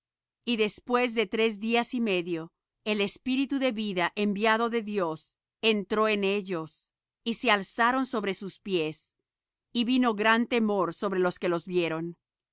y después de tres días y medio el espíritu de vida enviado de dios entró en ellos y se alzaron sobre sus pies y vino gran temor sobre los que los vieron